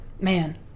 Man